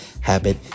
habit